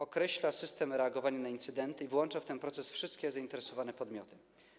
Określa system reagowania na incydenty i włącza w ten proces wszystkie zainteresowane podmioty.